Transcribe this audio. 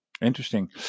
interesting